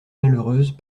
malheureuse